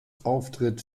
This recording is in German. auftritt